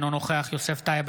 אינו נוכח יוסף טייב,